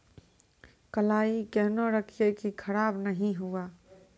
कलाई केहनो रखिए की खराब नहीं हुआ?